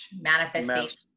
manifestation